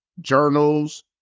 journals